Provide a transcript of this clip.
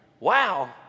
Wow